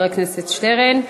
אבל היא לא עשתה את זה באותו אופן.